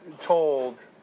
told